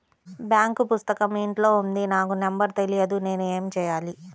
Bank పుస్తకం ఇంట్లో ఉంది నాకు నంబర్ తెలియదు నేను ఏమి చెయ్యాలి?